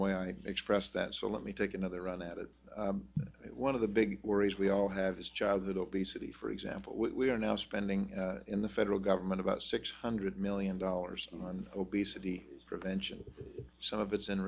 the way i express that so let me take another run at it one of the big worries we all have is childhood obesity for example we are now spending in the federal government about six hundred million dollars on obesity prevention some of it's in